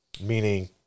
meaning